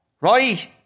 right